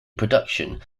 production